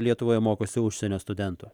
lietuvoje mokosi užsienio studentų